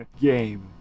game